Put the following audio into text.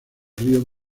río